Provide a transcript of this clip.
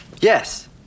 Yes